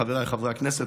חבריי חברי הכנסת,